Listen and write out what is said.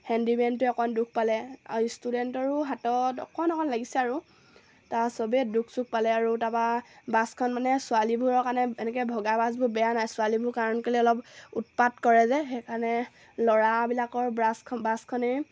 হেণ্ডিমেনটোৱে অকণ দুখ পালে আৰু ষ্টুডেণ্টৰো হাতত অকণ অকণ লাগিছে আৰু তাৰ সবেই দুখ চুখ পালে আৰু তাৰপৰা বাছখন মানে ছোৱালীবোৰৰ কাৰণে এনেকৈ ভগা বাছবোৰ বেয়া নে ছোৱালীবোৰ কাৰণ কেলৈ অলপ উৎপাত কৰে যে সেইকাৰণে ল'ৰাবিলাকৰ ব্ৰাছ বাছখনেই